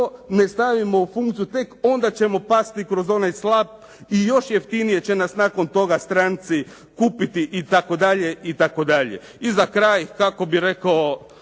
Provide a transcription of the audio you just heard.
ne stavimo u funkciju, tek onda ćemo pasti kroz onaj slap i još jeftinije će nas nakon toga stranci kupiti itd., itd. I za kraj, kako bi rekao